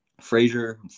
Frazier